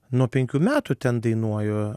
nuo penkių metų ten dainuoju